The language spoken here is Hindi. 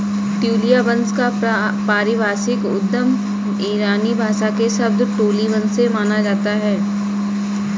ट्यूलिया वंश का पारिभाषिक उद्गम ईरानी भाषा के शब्द टोलिबन से माना जाता है